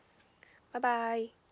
bye bye